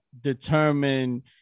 determine